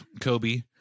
Kobe